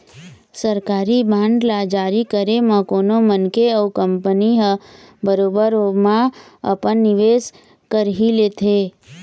सरकारी बांड ल जारी करे म कोनो मनखे अउ कंपनी ह बरोबर ओमा अपन निवेस कर ही लेथे